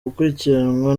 gukurikiranwa